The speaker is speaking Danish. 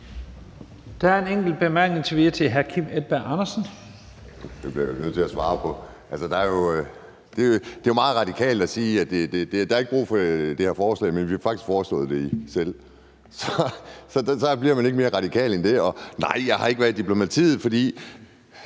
Edberg Andersen. Kl. 12:11 Kim Edberg Andersen (NB): Det bliver jeg vel nødt til at svare på. Det er jo meget radikalt at sige: Der er ikke brug for det her forslag, men vi har faktisk foreslået det selv. Så bliver man ikke mere radikal end det. Nej, jeg har ikke været i diplomatiet, for